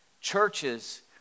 Churches